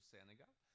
Senegal